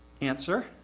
Answer